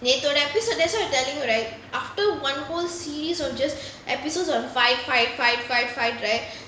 நேத்தோட:nethoda episode that's why I'm telling you right after one whole series of just episodes on fight fight fight fight fight right